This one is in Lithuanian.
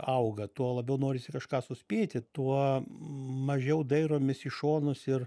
auga tuo labiau norisi kažką suspėti tuo mažiau dairomės į šonus ir